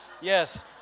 Yes